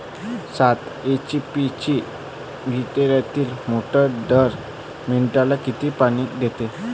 सात एच.पी ची विहिरीतली मोटार दर मिनटाले किती पानी देते?